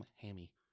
Hammy